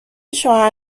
شوهر